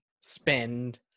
spend